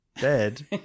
dead